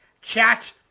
chat